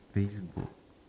Facebook